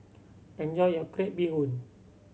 enjoy your crab bee hoon